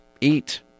eat